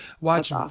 Watch